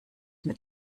mit